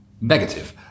negative